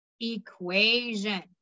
equation